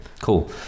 cool